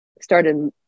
started